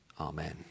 Amen